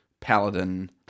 Paladin